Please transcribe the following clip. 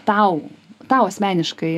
tau tau asmeniškai